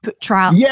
trial